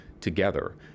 together